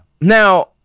now